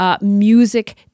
music